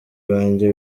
wanjye